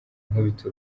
ankubita